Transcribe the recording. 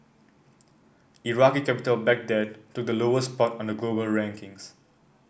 Iraqi capital Baghdad took the lowest spot on the global rankings